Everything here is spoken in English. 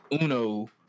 Uno